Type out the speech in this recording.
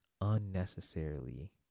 unnecessarily